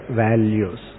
values